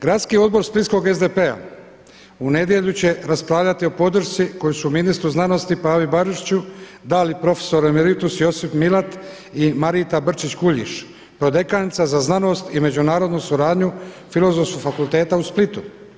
Gradski odbor splitskog SDP-a u nedjelju će raspravljati o podršci koju su ministru znanosti Pavi Barišiću dali profesor emeritus Josip Milat i Marita Brčić Kuljiš, prodekanica za znanost i međunarodnu suradnju Filozofskog fakulteta u Splitu.